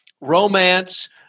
romance